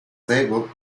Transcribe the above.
stable